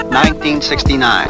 1969